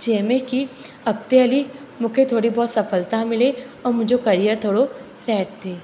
जंहिंमें की अॻिते हली मूंखे थोरी बहुत सफ़लता मिले ऐं मुंहिंजो करियर थोरो सेट थिए